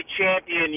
champion